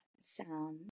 sound